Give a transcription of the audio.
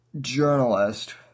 journalist